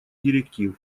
директив